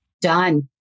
done